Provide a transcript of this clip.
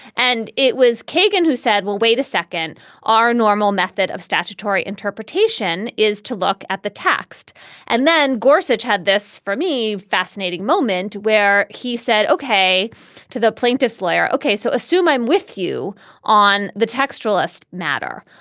and it was kagan who said well wait a second are normal method of statutory interpretation is to look at the text and then gorse which had this for me fascinating moment where he said ok to the plaintiff's lawyer. ok. so assume i'm with you on the textual list matter.